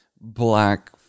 black